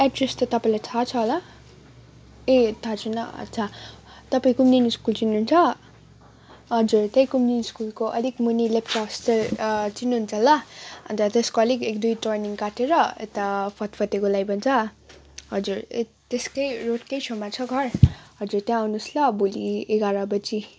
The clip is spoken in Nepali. एड्रेस त तपाईँलाई थाहा छ होला ए थाहा छैन अच्छा तपाईँ कुमदिनी स्कुल चिन्नुहुन्छ हजुर त्यही कुमदिनी स्कुलको अलिक मुनि लेप्चा हस्टेल चिन्नुहुन्छ होला अन्त त्यसको अलिक एक दुई टर्निङ काटेर यता फत्फते गोलाइ भन्छ हजुर त्यस्कै रोडकै छेउमा छ घर हजुर त्यहाँ आउनुहोस् ल भोलि एघार बजी